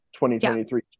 2023